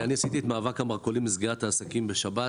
אני ארגנתי את מאבק המרכולים נגד סגירת העסקים בשבת,